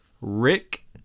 Rick